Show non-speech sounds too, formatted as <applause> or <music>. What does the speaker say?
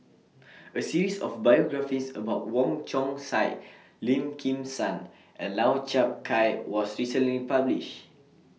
<noise> A series of biographies about Wong Chong Sai Lim Kim San and Lau Chiap Khai was recently published